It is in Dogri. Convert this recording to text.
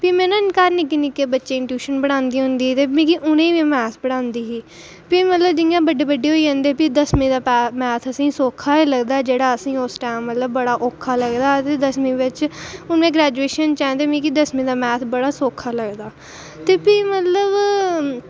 ते भी में ना घर निक्के निक्के बच्चें गी पढ़ांदी ही ते उनेंगी बी मेथ पढ़ांदी ही भी इंया मतलब बड्डे बड्डे होई जंदे मैथ सौखा गै लगदा जेह्ड़ा मतलब उस टाईम औखा लगदा हा दसमीं बिच हून में ग्रेजूएशन बिच ऐं ते मिगी दसमीं दा मैथ बड़ा सौखा लगदा ते भी मतलब